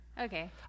Okay